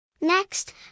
Next